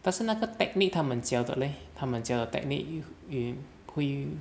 但是那个 technique 他们教的 leh 他们教的 technique 也不会